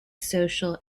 social